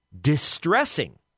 distressing